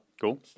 Cool